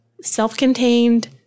self-contained